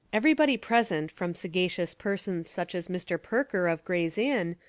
every body present from sagacious persons such as mr. perker of gray's inn,